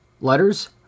Letters